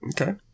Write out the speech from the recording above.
Okay